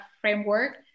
framework